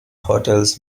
hotels